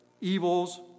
evils